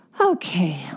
Okay